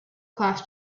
class